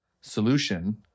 solution